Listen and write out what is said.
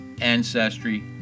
ancestry